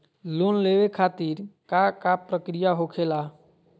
Loan लेवे खातिर का का प्रक्रिया होखेला?